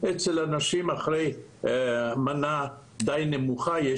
אחרי מנה די נמוכה,